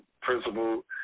principal